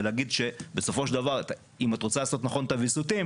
ולהגיד שבסופו של דבר אם את רוצה לעשות נכון את הוויסותים,